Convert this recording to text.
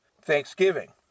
Thanksgiving